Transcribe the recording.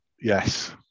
Yes